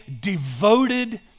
devoted